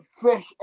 fresh